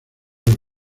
los